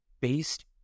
based